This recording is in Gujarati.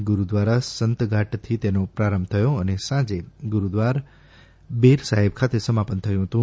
ગુરૂદ્વારા સંતધાટથી તેનો આરંભ થયો અને સાંજે ગુરૂદ્વારા બેર સાહેબ ખાતે સમાપન થયુ હતુ